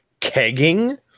kegging